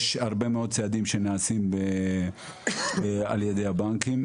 יש הרבה מאוד צעדים שנעשים על ידי הבנקים.